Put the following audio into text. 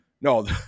no